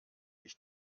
ich